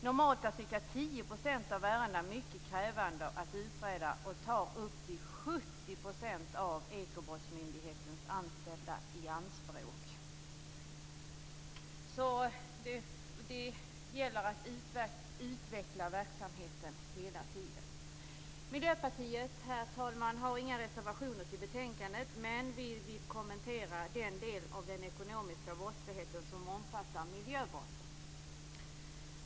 Normalt är ca 10 % av ärendena mycket krävande att utreda och tar upp till 70 % av Ekobrottsmyndighetens anställda i anspråk. Det gäller alltså att utveckla verksamheten hela tiden. Miljöpartiet, herr talman, har inga reservationer till betänkandet, men vi vill kommentera den del av den ekonomiska brottsligheten som omfattar miljöbrotten.